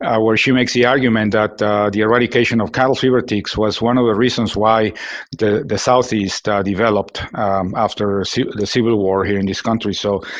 ah where she makes the argument that the eradication of cattle fever ticks was one of the reasons why the the southeast ah developed after the civil war here in this country. so,